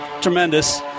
tremendous